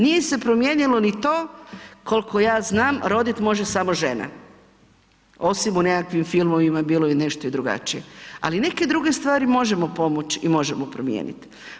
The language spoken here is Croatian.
Nije se promijenilo ni to koliko ja znam rodit može samo žena, osim u nekakvim filmovima bilo je nešto i drugačije, ali neke druge stvari možemo pomoći i možemo promijeniti.